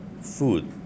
food